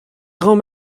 grand